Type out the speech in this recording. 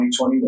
2021